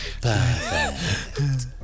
Perfect